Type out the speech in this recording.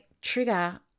trigger